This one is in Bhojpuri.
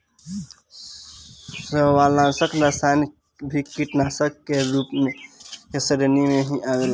शैवालनाशक रसायन भी कीटनाशाक के श्रेणी में ही आवेला